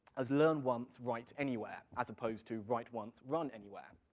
as learn once, write anywhere, as opposed to, write once, run anywhere.